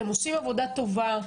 אתם עושים עבודה טובה.